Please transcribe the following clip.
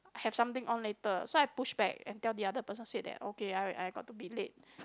have something on later so I push back and tell the other person said that okay I got to be late